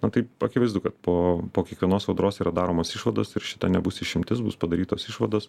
na tai akivaizdu kad po po kiekvienos audros yra daromos išvados ir šita nebus išimtis bus padarytos išvados